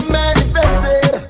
manifested